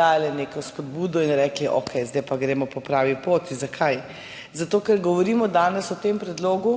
dala neko spodbudo, in bi rekli, okej, zdaj pa gremo po pravi poti. Zakaj? Zato ker govorimo danes o tem predlogu